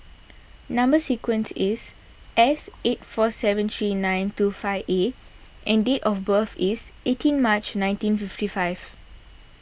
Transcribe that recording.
Number Sequence is S eight four seven three nine two five A and date of birth is eighteen March nineteen fifty five